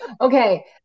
Okay